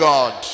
God